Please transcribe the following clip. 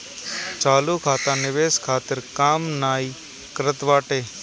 चालू खाता निवेश खातिर काम नाइ करत बाटे